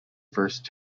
first